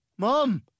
Mom